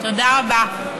תודה רבה.